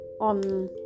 ...on